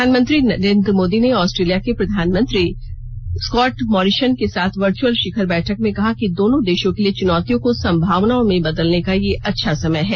प्रधानमंत्री नरेन्द्र मोदी ने ऑस्ट्रेलिया के प्रधानमंत्री स्कॉट मॉरिषन के साथ वर्चुअल षिखर बैठक में कहा कि दोनों देषों के लिए चनौतियों को संभावनाओं में बदलने का यह अच्छा समय है